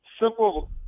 simple